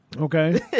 Okay